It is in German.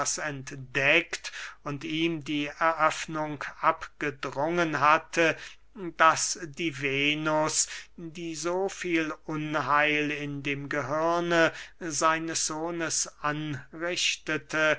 entdeckt und ihm die eröffnung abgedrungen hatte daß die venus die so viel unheil in dem gehirne seines sohnes anrichtete